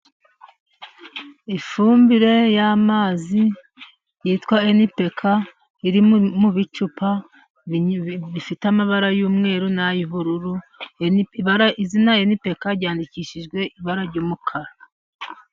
Ifumbire y'amazi yitwa Enipeka iri mu bicupa bifite amabara y'umweru n'ay'ubururu. Izina Enipeka ryandikishijwe ibara ry'umukara.